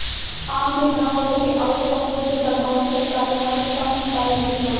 आम के खराब होखे अउर फफूद के प्रभाव से बचावे खातिर कउन उपाय होखेला?